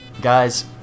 Guys